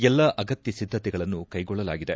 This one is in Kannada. ಎಲ್ಲಾ ಅಗತ್ತ ಸಿದ್ದತೆಗಳನ್ನು ಕ್ಲೆಗೊಳ್ಳಲಾಗಿದೆ